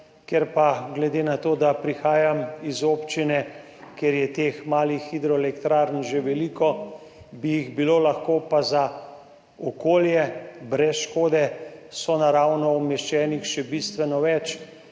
Glede na to, da prihajam iz občine, kjer je teh malih hidroelektrarn že veliko, bi jih lahko bilo za okolje brez škode sonaravno umeščenih še bistveno več,